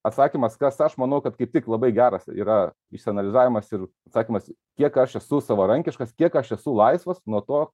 atsakymas kas aš manau kad kaip tik labai geras yra išsianalizavimas ir atsakymas kiek aš esu savarankiškas kiek aš esu laisvas nuo to